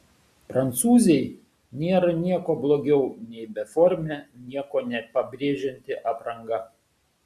prancūzei nėra nieko blogiau nei beformė nieko nepabrėžianti apranga